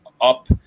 up